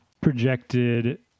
projected